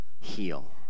Heal